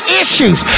issues